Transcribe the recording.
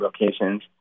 Locations